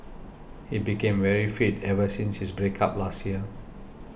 he became very fit ever since his break up last year